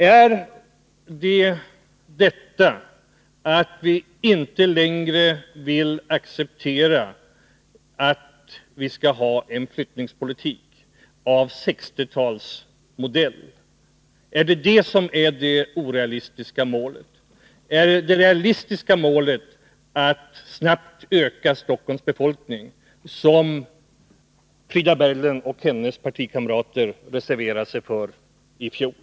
Är det ett orealistiskt mål när vi inom centern inte längre vill acceptera en flyttningspolitik av 1960-talsmodell? Är det ett realistiskt mål attsnabbt öka Stockholms befolkning, något som Frida Berglund och hennes partikamrater reserverade sig för i fjol?